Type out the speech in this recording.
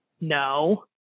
No